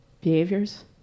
behaviors